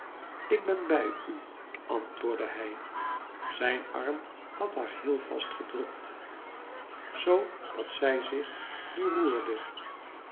ik ben bij u antwoordde hij zijn arm had haar heel vast gednikt zoo dat zij zich nu roerde